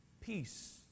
peace